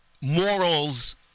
Morals